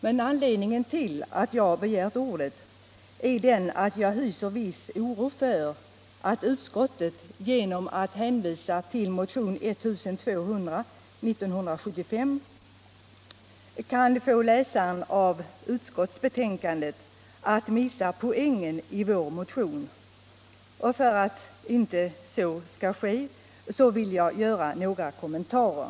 Men anledningen till att jag har begärt ordet är att jag hyser viss oro för att utskottet genom att hänvisa till motionen 1975:1200 kan få läsaren av utskottsbetänkandet att missa poängen i vår motion, och för att inte så skall ske vill jag göra några kommentarer.